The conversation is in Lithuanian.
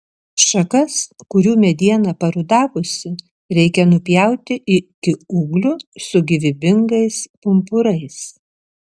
šakas kurių mediena parudavusi reikia nupjauti iki ūglių su gyvybingais pumpurais